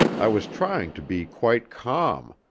i was trying to be quite calm,